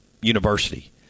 university